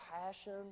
passion